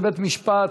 זה בית-משפט,